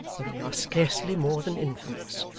when they are scarcely more than infants.